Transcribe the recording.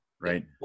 Right